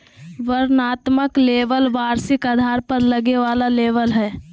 वर्णनात्मक लेबल वार्षिक आधार पर लगे वाला लेबल हइ